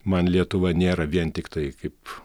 man lietuva nėra vien tiktai kaip